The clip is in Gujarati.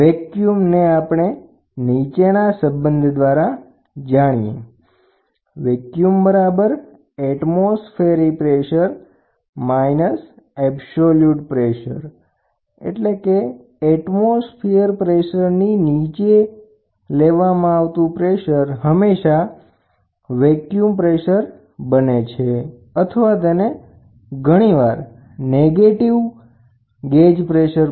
વેક્યુમ નીચેના સંબંધ દ્વારા વ્યાખ્યાયિત થાય છે વેક્યુમ એટમોસ્ફિયર પ્રેસરવાતાવરણનું દબાણ એબ્સોલ્યુટ પ્રેસર